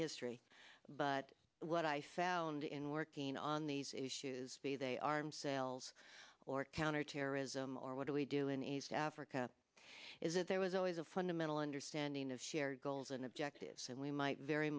history but what i found in working on these issues be they arm sales or counterterrorism or what do we do in east africa is that there was always a fundamental understanding of shared goals and objectives and we might very